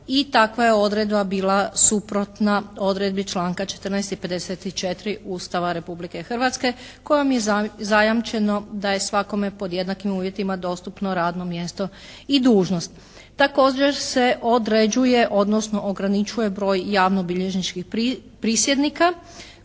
i takva je odredba bila suprotna odredbi članka 14. i 54. Ustava Republike Hrvatske kojom je zajamčeno da je svakome pod jednakim uvjetima dostupno radno mjesto i dužnost. Također se određuje odnosno ograničuje broj javno-bilježničkih prisjednika